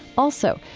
also,